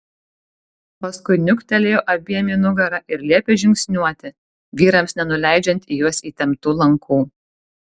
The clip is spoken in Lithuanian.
paskui niuktelėjo abiem į nugarą ir liepė žingsniuoti vyrams nenuleidžiant į juos įtemptų lankų